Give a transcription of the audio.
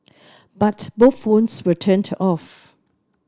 but both phones were turned off